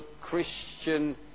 Christian